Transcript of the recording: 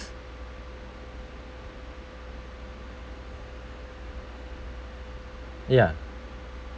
ya